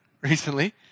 recently